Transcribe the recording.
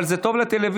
אבל זה טוב לטלוויזיה,